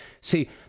See